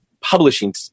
publishing